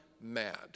mad